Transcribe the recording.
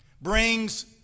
brings